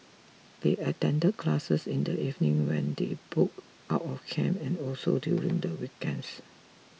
they attend classes in the evening when they book out of camp and also during the weekends